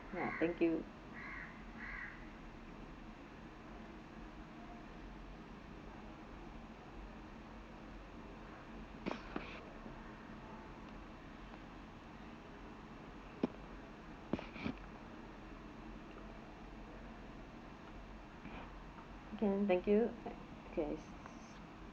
ya thank you okay thank you okay